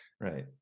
right